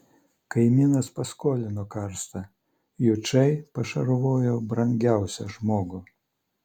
kaimynas paskolino karstą jučai pašarvojo brangiausią žmogų